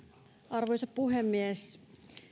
arvoisa puhemies